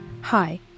Hi